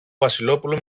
βασιλόπουλο